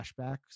flashbacks